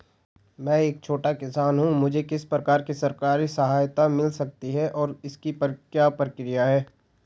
मैं एक छोटा किसान हूँ मुझे किस प्रकार की सरकारी सहायता मिल सकती है और इसकी क्या प्रक्रिया है?